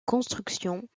constructions